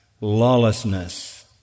lawlessness